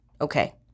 Okay